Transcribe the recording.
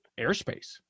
airspace